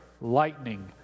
lightning